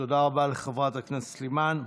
רבה לחברת הכנסת סלימאן.